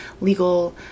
legal